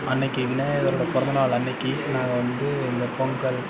அன்றைக்கு விநாயகரோடய பிறந்தநாள் அன்றைக்கு நாங்கள் வந்து இந்த பொங்கல்